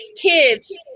kids